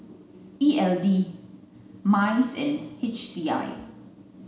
E L D MICE and H C I